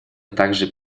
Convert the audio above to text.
также